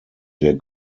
der